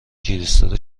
کریستال